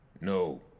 No